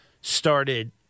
started